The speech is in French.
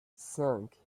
cinq